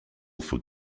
for